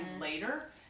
later